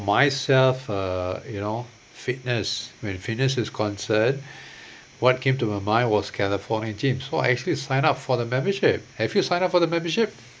myself uh you know fitness when fitness is concern what came to my mind was california gym so I actually sign up for the membership have you sign up for the membership